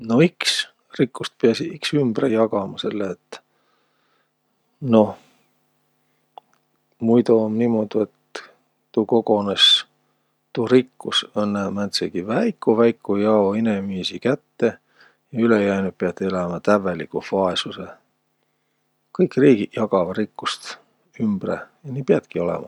No iks, rikkust piäsiq iks ümbre jagama, selle et, noh, muido um niimuudu, et tuu kogonõs, tuu rikkus, õnnõ määntsegi väiku-väiku jao inemiisi kätte ja ülejäänüq piät elämä tävveliguh vaesusõh. Kõik riigiq jagavaq rikkust ümbre ja nii piätki olõma.